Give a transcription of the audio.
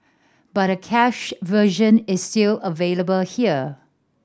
but a cached version is still available here